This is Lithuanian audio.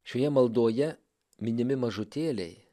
šioje maldoje minimi mažutėliai